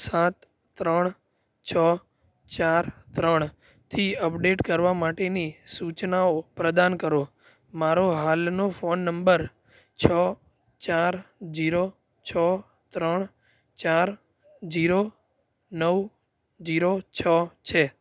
સાત ત્રણ છ ચાર ત્રણ થી અપડેટ કરવા માટેની સૂચનાઓ પ્રદાન કરો મારો હાલનો ફોન નંબર છ ચાર ઝીરો છ ત્રણ ચાર ઝીરો નવ ઝીરો છ છે